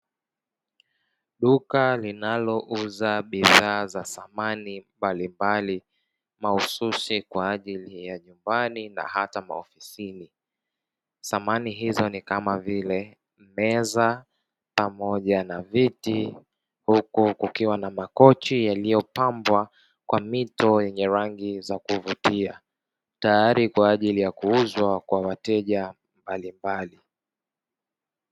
Duka linalouza bidhaa za samani palepale mahususi kwa ajili ya nyumbani na hata maofisini, samani hizo ni kama vile meza pamoja na viti huku kukiwa na makochi yaliyopambwa kwa mito yenye rangi za kuvutia tayari kwa ajili ya kuuzwa kwa wateja mbalimbali.